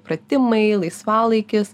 pratimai laisvalaikis